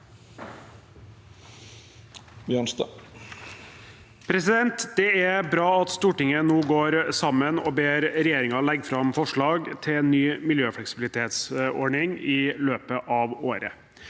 Det er bra at Stor- tinget nå går sammen og ber regjeringen legge fram forslag til en ny miljøfleksibilitetsordning i løpet av året.